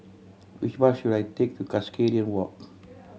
which bus should I take to Cuscaden Walk